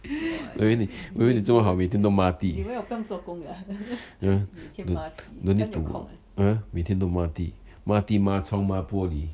我以为我以为你这么好每天都抹地 don~ don't need to uh 每天都抹地抹地抹窗抹玻璃